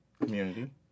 Community